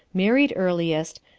married earliest,